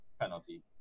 penalty